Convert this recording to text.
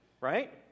Right